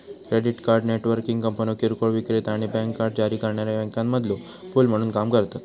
credit card networking कंपन्यो किरकोळ विक्रेता आणि बँक कार्ड जारी करणाऱ्यो बँकांमधलो पूल म्हणून काम करतत